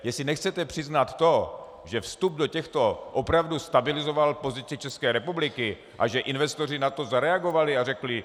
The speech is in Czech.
Jestli nechcete přiznat to, že vstup do těchto organizací opravdu stabilizoval pozici České republiky a že investoři na to zareagovali a řekli...